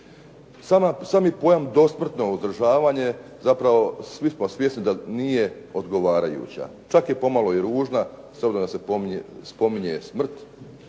Sami pojam dosmrtno uzdržavanje zapravo svi smo svjesni da nije odgovarajuća. Čak je pomalo i ružna, s obzirom da se spominje smrt